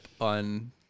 on